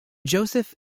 joseph